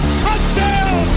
touchdown